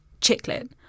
Chiclet